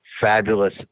fabulous